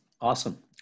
Awesome